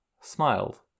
smiled